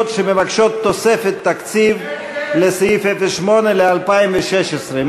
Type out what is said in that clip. שמבקשות תוספת תקציב לסעיף 08 ל-2016,